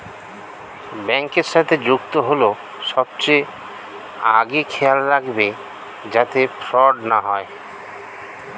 ব্যাংকের সাথে যুক্ত হল সবচেয়ে আগে খেয়াল রাখবে যাতে ফ্রড না হয়